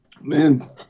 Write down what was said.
Man